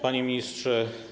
Panie Ministrze!